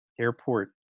airport